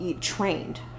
trained